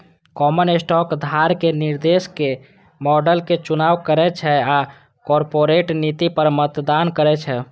common stock धारक निदेशक मंडलक चुनाव करै छै आ कॉरपोरेट नीति पर मतदान करै छै